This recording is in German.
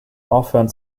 aufhören